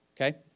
okay